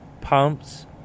pumps